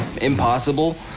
impossible